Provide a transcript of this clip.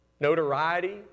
Notoriety